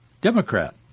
Democrat